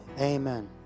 Amen